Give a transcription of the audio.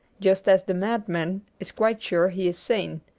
just as the madman is quite sure he is sane.